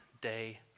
day